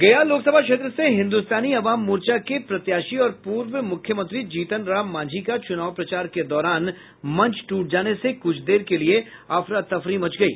गया लोकसभा क्षेत्र से हिंदुस्तानी अवाम मोर्चा के प्रत्याशी और पूर्व मुख्यमंत्री जीतनराम मांझी का चुनाव प्रचार के दौरान मंच टूट जाने से कुछ देर के लिए अफरा तफरी मच गई